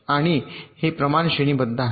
आणि हे प्रमाण श्रेणीबद्ध आहे